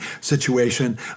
situation